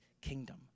kingdom